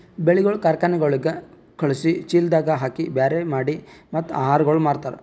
ಬೆಳಿಗೊಳ್ ಕಾರ್ಖನೆಗೊಳಿಗ್ ಖಳುಸಿ, ಚೀಲದಾಗ್ ಹಾಕಿ ಬ್ಯಾರೆ ಮಾಡಿ ಮತ್ತ ಆಹಾರಗೊಳ್ ಮಾರ್ತಾರ್